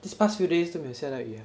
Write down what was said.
these past few days 都没有下到雨 ah